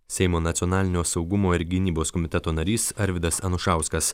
seimo nacionalinio saugumo ir gynybos komiteto narys arvydas anušauskas